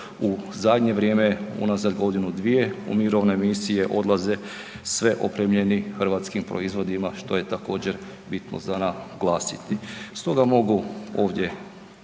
u zadnje vrijeme u nazad godinu, dvije u mirovne misije odlaze sve opremljeni hrvatskim proizvodima što je također bitno za naglasiti.